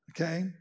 okay